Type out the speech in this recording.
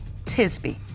Tisby